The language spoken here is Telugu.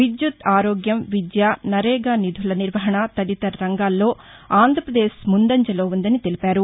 విద్యుత్ ఆరోగ్యం విద్య నరేగా నిధుల నిర్వహణ తదితర రంగాల్లో ఆంధ్రాపదేశ్ ముందజలో ఉందని తెలిపారు